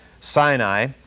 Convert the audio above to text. Sinai